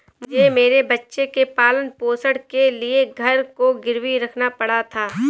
मुझे मेरे बच्चे के पालन पोषण के लिए घर को गिरवी रखना पड़ा था